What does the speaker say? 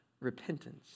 repentance